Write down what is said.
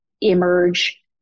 emerge